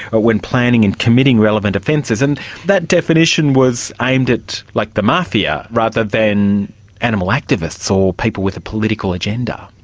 but when planning and committing relevant offences, and that definition was aimed at like the mafia rather than animal activists or people with a political agenda.